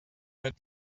that